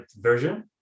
version